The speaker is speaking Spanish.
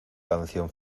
canción